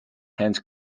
hence